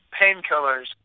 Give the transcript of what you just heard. painkillers